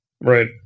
Right